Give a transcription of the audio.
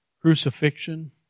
crucifixion